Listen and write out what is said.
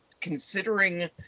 considering